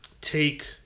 take